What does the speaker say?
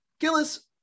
Gillis